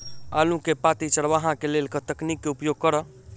आलु केँ पांति चरावह केँ लेल केँ तकनीक केँ उपयोग करऽ?